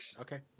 okay